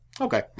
Okay